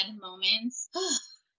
moments